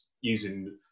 using